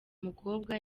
mukobwa